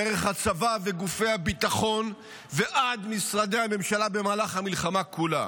דרך הצבא וגופי הביטחון ועד משרדי הממשלה במהלך המלחמה כולה.